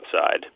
outside